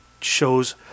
shows